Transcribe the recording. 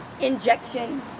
injection